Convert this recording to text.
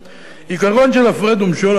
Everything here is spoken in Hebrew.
עיקרון של הפרד ומשול, אדוני,